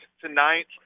tonight